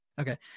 Okay